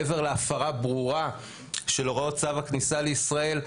מעבר להפרה ברורה של הוראות צו הכניסה לישראל,